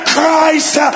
Christ